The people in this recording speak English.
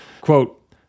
quote